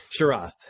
Sharath